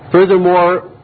Furthermore